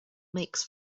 makes